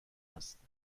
است